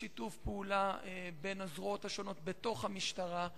שיתוף פעולה בין הזרועות השונות בתוך המשטרה.